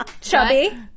Chubby